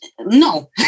no